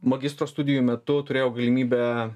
magistro studijų metu turėjau galimybę